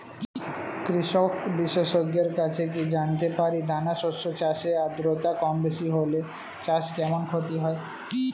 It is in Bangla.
কৃষক বিশেষজ্ঞের কাছে কি জানতে পারি দানা শস্য চাষে আদ্রতা কমবেশি হলে চাষে কেমন ক্ষতি হয়?